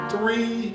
three